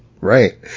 Right